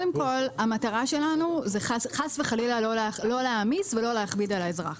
המטרה שלנו היא לא חס וחלילה להעמיס או להכביד על האזרח.